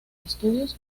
estudios